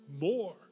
more